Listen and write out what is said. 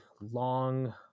long